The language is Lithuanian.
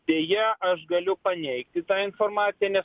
deja aš galiu paneigti tą informaciją nes